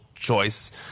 choice